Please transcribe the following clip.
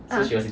uh